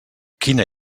quina